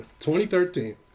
2013